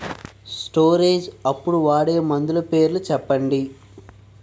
Storage అప్పుడు వాడే మందులు పేర్లు చెప్పండీ?